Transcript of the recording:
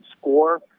score